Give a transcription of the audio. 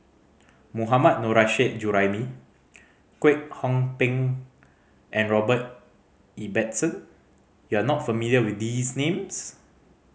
Mohammad Nurrasyid Juraimi Kwek Hong Png and Robert Ibbetson you are not familiar with these names